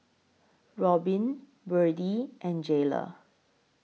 Robyn Byrdie and Jaylah